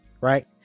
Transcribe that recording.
right